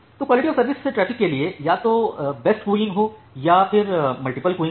तोक्वालिटी of service traffic के लिए या तो बेस्ट क़ुयूइंग हो या मल्टीप्ल क़ुयूइंग हो